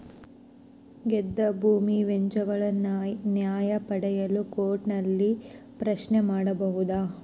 ಗದ್ದೆ ಭೂಮಿ ವ್ಯಾಜ್ಯಗಳ ನ್ಯಾಯ ಪಡೆಯಲು ಕೋರ್ಟ್ ನಲ್ಲಿ ಪ್ರಶ್ನೆ ಮಾಡಬಹುದಾ?